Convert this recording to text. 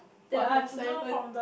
for her assignment